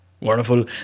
Wonderful